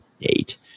eight